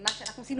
מה שאנחנו עשינו.